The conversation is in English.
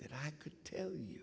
that i could tell you